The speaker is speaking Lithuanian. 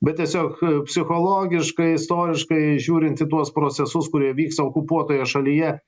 bet tiesiog psichologiškai istoriškai žiūrint į tuos procesus kurie vyksta okupuotoje šalyje